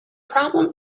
problem